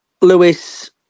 Lewis